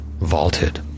vaulted